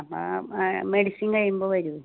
അപ്പം മെഡിസിൻ കഴിയുമ്പോൾ വരൂ